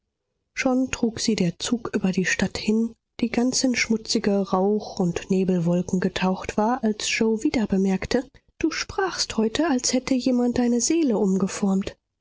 schon trug sie der zug über die stadt hin die ganz in schmutzige rauch und nebelwolken getaucht war als yoe wieder bemerkte du sprachst heute als hätte jemand deine seele umgeformt